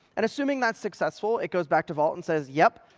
and assuming that's successful, it goes back to vault and says, yeah,